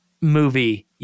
movie